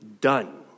done